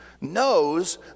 knows